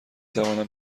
توانم